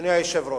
אדוני היושב-ראש.